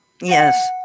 Yes